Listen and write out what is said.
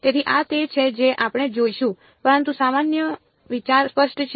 તેથી આ તે છે જે આપણે જોઈશું પરંતુ સામાન્ય વિચાર સ્પષ્ટ છે